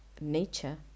nature